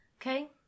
Okay